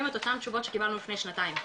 את אותן תשובות שקיבלנו לפני שנתיים,